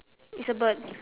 it's a bird